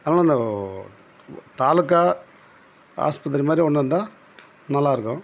அதனால இந்த தாலுக்கா ஆஸ்பத்திரி மாதிரி ஒன்று இருந்தால் நல்லாயிருக்கும்